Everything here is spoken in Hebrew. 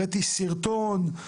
הראיתי סרטון,